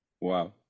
Wow